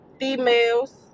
females